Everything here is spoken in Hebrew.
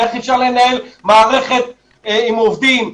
איך אפשר לנהל מערכת עם עובדים,